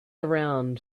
around